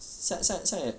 现在现在现在